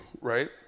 right